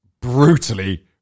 brutally